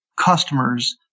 customers